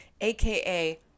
AKA